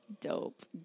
dope